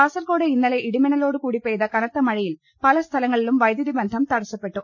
കാസർകോഡ് ഇന്നലെ ഇടിമിന്നലോട് കൂടി പെയ്ത കനത്ത മഴയിൽ പല സ്ഥലങ്ങളിലും വൈദ്യുതി ബന്ധം തടസ്സപ്പെട്ടു